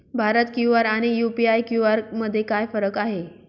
Bharat QR आणि UPI QR मध्ये काय फरक आहे?